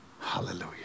Hallelujah